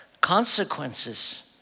consequences